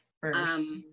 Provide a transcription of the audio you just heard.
first